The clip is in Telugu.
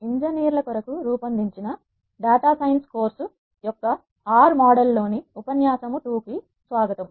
ఇంజనీర్ల కొరకు రూపొందించిన డేటా సైన్స్ కోర్సు యొక్క ఆర్ R మోడల్ లోని ఉపన్యాసం 2 కు స్వాగతం